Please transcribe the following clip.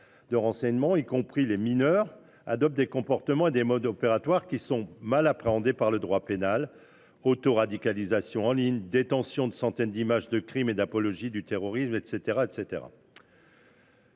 de renseignement, adoptent des comportements et des modes opératoires mal appréhendés par le droit pénal : autoradicalisation en ligne, détention de centaines d’images de crimes et d’apologie du terrorisme, etc.